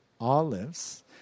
Olives